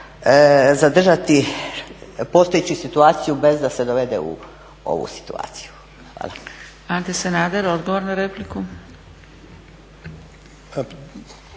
zadržati postojeću situaciju bez da se dovede u ovu situaciju. Hvala. **Zgrebec, Dragica